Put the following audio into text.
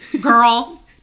girl